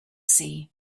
see